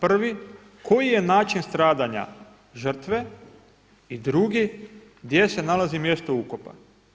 Prvi, koji je način stradanja žrtve i drugi, gdje se nalazi mjesto ukopa.